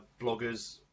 bloggers